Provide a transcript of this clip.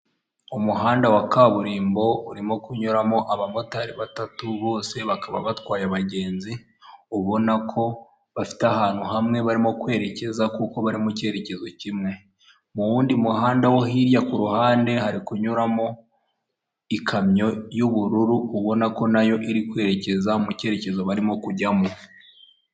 Umuhanda wa kaburimbo urimo kunyuramo abamotari batatu bose bakaba batwaye abagenzi ,ubona ko bafite ahantu hamwe barimo kwerekeza kuko bari mu cyerekezo kimwe ,mu w'undi muhanda wo hirya k'uruhande hari kunyuramo ikamyo y'ubururu ubona ko nayo iri kwerekeza mu cyerekezo barimo kujyamo.